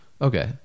Okay